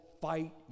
fight